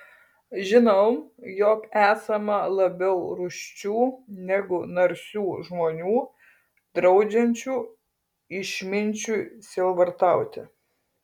žinau jog esama labiau rūsčių negu narsių žmonių draudžiančių išminčiui sielvartauti